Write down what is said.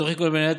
התוכנית כוללת,